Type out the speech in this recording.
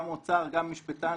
גם אוצר וגם משפטן,